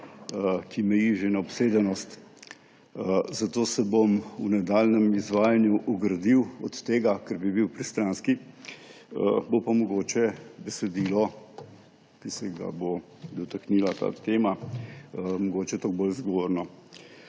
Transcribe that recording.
ki meji že na obsedenost, zato se bom v nadaljnjem izvajanju ogradil od tega, ker bi bil pristranski. Bo pa besedilo, ki se ga bo dotaknila ta tema, mogoče toliko bolj zgovorno.